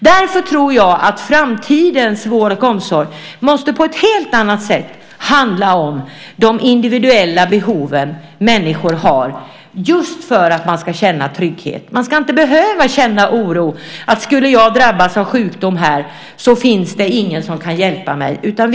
Därför tror jag att framtidens vård och omsorg på ett helt annat sätt måste handla om de individuella behoven människor har, just för att de ska känna trygghet. Man ska inte behöva känna oro för att det inte finns någon som kan hjälpa om man drabbas av sjukdom.